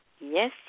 Yes